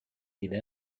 دیده